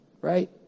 right